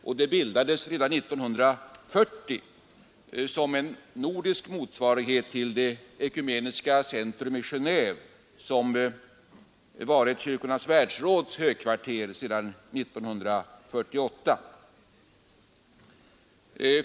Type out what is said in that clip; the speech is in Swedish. Institutet bildades redan 1940 som en nordisk motsvarighet till det ekumeniska centrum i Gendve som varit Kyrkornas världsråds huvudkvarter sedan 1948.